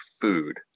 food